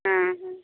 হ্যাঁ হ্যাঁ